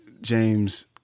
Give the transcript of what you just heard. James